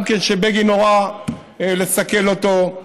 גם כן, שבגין הורה לסכל אותו,